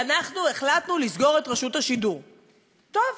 אנחנו החלטנו לסגור את רשות השידור, טוב,